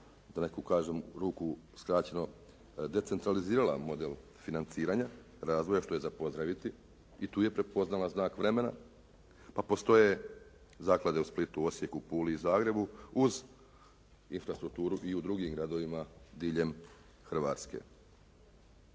da u neku kažem ruku skraćeno decentralizirala model financiranja razvoja, što je za pozdraviti i tu je prepoznala znak vremena. Pa postoje zaklade u Splitu, Osijeku, Puli i Zagrebu, uz infrastrukturu i u drugim gradovima diljem Hrvatske.